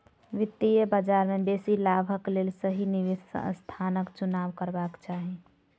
वित्तीय बजार में बेसी लाभक लेल सही निवेश स्थानक चुनाव करबाक चाही